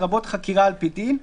לרבות חקירה על פי דין,